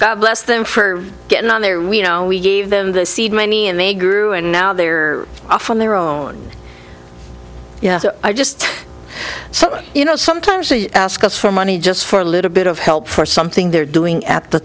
god bless them for getting on there we know we gave them the seed money and they grew and now they are off on their own yeah i just so you know sometimes they ask us for money just for a little bit of help for something they're doing at the